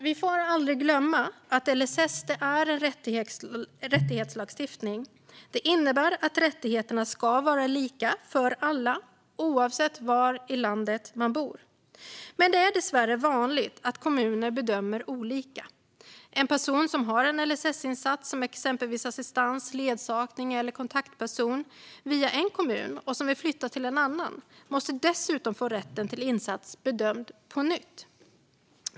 Vi får aldrig glömma att LSS är en rättighetslagstiftning. Det innebär att rättigheterna ska vara lika för alla, oavsett var i landet man bor. Dessvärre är det vanligt att kommuner bedömer olika. En person som har en LSS-insats via en kommun, exempelvis assistans, ledsagning eller kontaktperson, och vill flytta till en annan måste dessutom få rätten till insatsen bedömd på nytt.